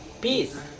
peace